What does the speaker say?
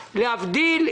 להבדיל,